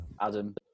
Adam